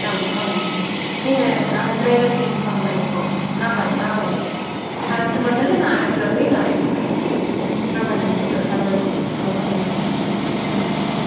ஆமாம் ஆமாங்க நீங்கள் ஆ ட்ரைவருக்கு இன்ஃபார்ம் பண்ணிக்கோங்க நான் பண்ணி நான் பண்ணிக்கிறேன் நான் ரத்து பண்ணுறது நான் ஆப்பில் போய் நான் ரத்து பண்ணிக்கிறேன் ரொம்ப நன்றி தகவல் கொடுத்ததுக்கு ரொம்ப நன்றிங்க நன்றி நன்றி